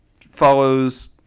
follows